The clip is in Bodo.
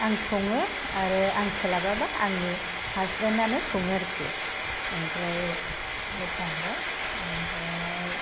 आं सङो आरो आं सोलाबाबा आंनि हासबेनानो सङो आरखि ओमफ्राय बे थांबाय ओमफ्राय